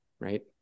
right